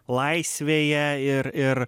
laisvėje ir ir